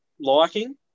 liking